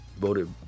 voted